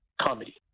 comedy